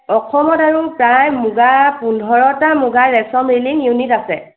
অসমত আৰু প্ৰায় মুগা পোন্ধৰটা মুগা ৰেছম উৎপাদনৰ সৈতে ইউনিট আছে